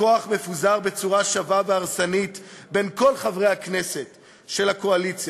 הכוח מפוזר בצורה שווה והרסנית בין כל חברי הכנסת של הקואליציה,